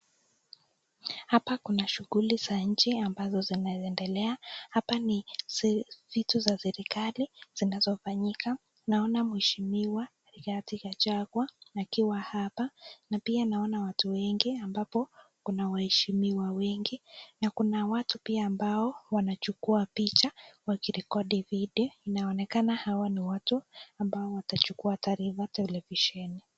Hapa kuna shughuli za nchi ambazo zinaendelea, hapa ni vitu za serikali zinazofanyika naona mheshimiwa Righati Gachagua akiwa hapa na pia naona watu wengi ambapo kuna waheshimiwa wengi na kuna watu pia ambao wanachukua picha wakirekodi video, inaonekana hawa ni watu ambao watachukua habari televisheni.